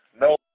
no